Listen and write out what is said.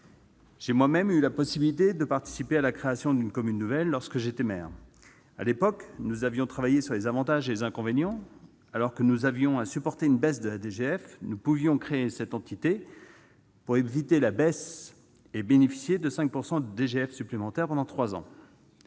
J'ai moi-même eu la possibilité de participer à la création d'une commune nouvelle lorsque j'étais maire. À l'époque, nous avions travaillé sur les avantages et les inconvénients. Alors que nous avions à supporter une baisse de la DGF, nous pouvions créer cette entité pour éviter la baisse et bénéficier de 5 % de DGF supplémentaires pendant trois ans.